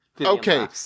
okay